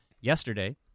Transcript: yesterday